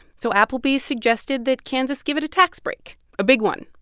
so applebee's suggested that kansas give it a tax break a big one.